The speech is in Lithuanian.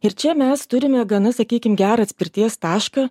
ir čia mes turime gana sakykim gerą atspirties tašką